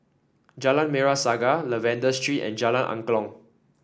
Jalan Merah Saga Lavender Street and Jalan Angklong